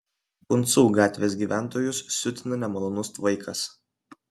kuncų gatvės gyventojus siutina nemalonus tvaikas